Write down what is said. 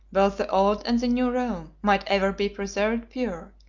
both the old and the new rome might ever be preserved pure,